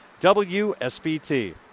WSBT